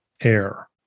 Air